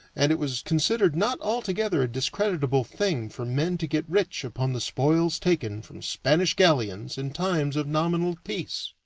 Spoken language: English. and it was considered not altogether a discreditable thing for men to get rich upon the spoils taken from spanish galleons in times of nominal peace.